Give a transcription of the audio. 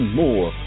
more